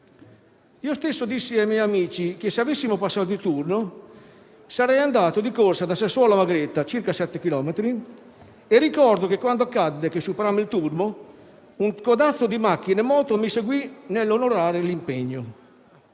Io stesso dissi ai miei amici che se avessimo passato di turno sarei andato di corsa da Sassuolo a Magreta (circa sette chilometri) e ricordo che, quando accadde che superammo il turno, un codazzo di macchine e moto mi seguì nell'onorare l'impegno.